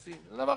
זה חיובי.